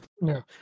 No